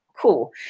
cool